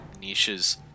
niches